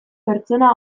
pertsona